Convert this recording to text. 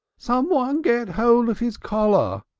someone get hold of his collar!